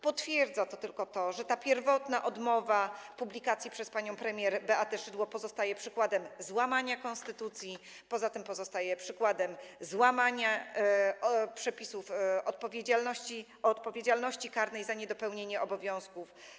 Potwierdza to tylko to, że ta pierwotna odmowa publikacji przez panią premier Beatę Szydło pozostaje przykładem złamania konstytucji, poza tym pozostaje przykładem złamania przepisów o odpowiedzialności karnej za niedopełnienie obowiązków.